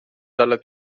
dalla